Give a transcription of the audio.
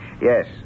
Yes